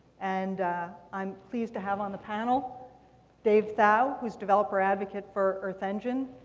and i'm pleased to have on the panel dave thau, who's developer advocate for earth engine,